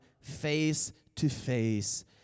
face-to-face